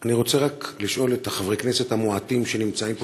אני רוצה רק לשאול את חברי הכנסת המועטים שנמצאים פה,